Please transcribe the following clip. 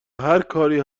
هرکاری